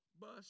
bus